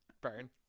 Burn